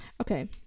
Okay